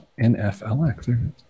NFLX